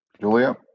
Julia